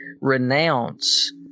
renounce